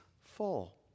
full